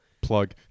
Plug